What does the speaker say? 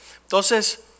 Entonces